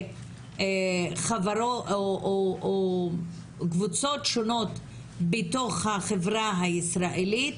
או קובצות שונות בתוך החברה הישראלית,